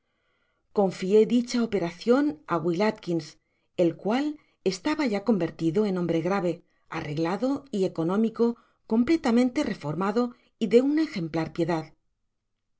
confié dicha operacion á willatkins el cual estaba ya convertido en hombre grave arreglado y económico completamente reformado y de una ejemplar piedad